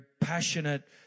passionate